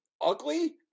ugly